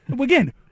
again